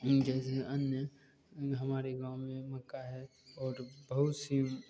जैसे अन्य हमारे गाँव में मक्का है और बहुत सी